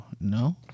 No